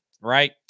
right